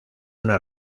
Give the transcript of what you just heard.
una